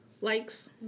likes